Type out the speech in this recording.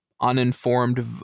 uninformed